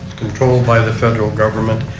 controlled by the federal government.